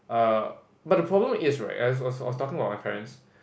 uh but the problem is right as I was talking bout my parents